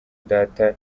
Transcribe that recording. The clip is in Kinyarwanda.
data